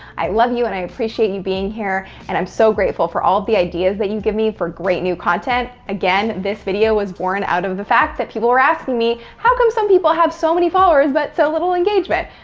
i love you and i appreciate you being here, and i'm so grateful for all of the ideas that you give me for great new content. again, this video was born out of the fact that people were asking me, how come some people have so many followers, but so little engagement?